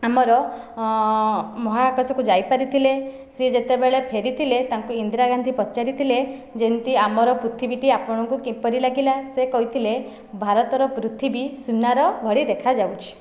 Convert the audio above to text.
ଆମର ମହାକାଶକୁ ଯାଇପାରିଥିଲେ ସିଏ ଯେତେବେଳେ ଫେରିଥିଲେ ତାଙ୍କୁ ଇନ୍ଦିରା ଗାନ୍ଧୀ ପଚାରିଥିଲେ ଯେମିତି ଆମର ପୃଥିବୀଟି ଆପଣଙ୍କୁ କିପରି ଲାଗିଲା ସେ କହିଥିଲେ ଭାରତର ପୃଥିବୀ ସୁନାର ଭଳି ଦେଖାଯାଉଛି